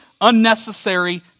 unnecessary